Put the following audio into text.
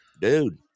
dude